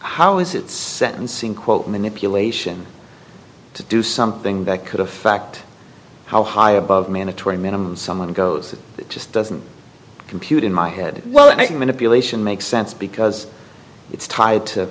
how is it sentencing quote manipulation to do something that could affect how high above mandatory minimum someone goes it just doesn't compute in my head well and i think manipulation makes sense because it's tied to